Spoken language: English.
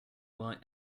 why